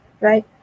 right